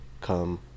come